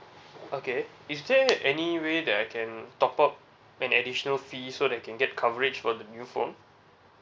okay is there any way that I can top up when additional fee so that I can get coverage for the new phone